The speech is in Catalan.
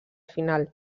final